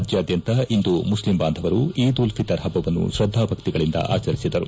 ರಾಜ್ಯಾದ್ಯಂತ ಇಂದು ಮುಸ್ಲಿಂ ಬಾಂಧವರು ಈದ್ ಉಲ್ ಫಿತರ್ ಹಬ್ಬವನ್ನು ಶ್ರದ್ದಾಭಕ್ತಿಗಳಿಂದ ಆಚರಿಸಿದರು